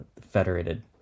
federated